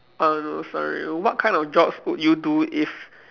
uh know sorry what kind of jobs would you do if